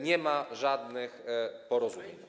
Nie ma żadnych porozumień.